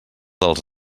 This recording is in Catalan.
dels